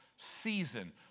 Season